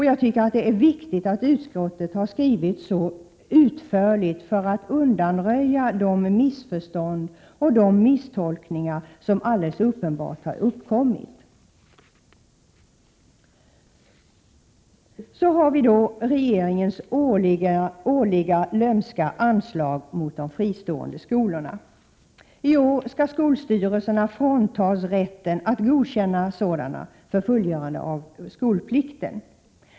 Jag tycker att det är viktigt att utskottet har uttryckt sig så utförligt att de missförstånd och misstolkningar som uppenbarligen har förelegat kan undanröjas. Så har vi då regeringens årliga lömska anslag mot de fristående skolorna. I år skall skolstyrelserna fråntas rätten att godkänna sådana för fullgörande av skolplikten.